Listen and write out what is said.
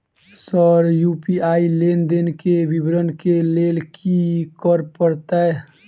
Sir UPI लेनदेन केँ विवरण केँ लेल की करऽ परतै?